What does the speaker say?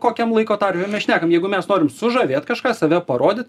kokiam laiko tarpe mes šnekam jeigu mes norim sužavėt kažką save parodyt